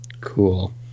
cool